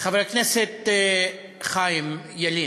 חבר הכנסת חיים ילין,